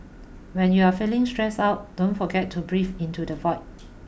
when you are feeling stressed out don't forget to breathe into the void